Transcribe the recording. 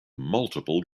multiple